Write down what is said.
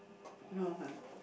no ha